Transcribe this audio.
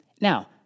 Now